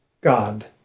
God